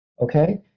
okay